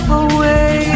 away